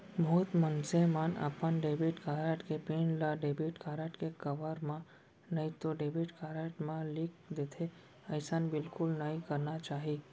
बहुत मनसे मन अपन डेबिट कारड के पिन ल डेबिट कारड के कवर म नइतो डेबिट कारड म लिख देथे, अइसन बिल्कुल नइ करना चाही